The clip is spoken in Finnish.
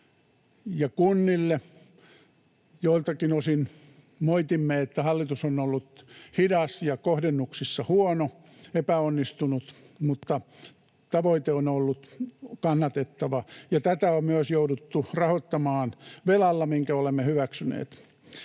ja kunnille. Joiltakin osin moitimme, että hallitus on ollut hidas ja kohdennuksissa huono, epäonnistunut, mutta tavoite on ollut kannatettava, ja tätä on myös jouduttu rahoittamaan velalla, minkä olemme hyväksyneet.